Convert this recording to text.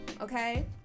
okay